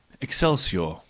Excelsior